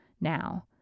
now